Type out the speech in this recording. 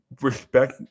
Respect